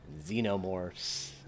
xenomorphs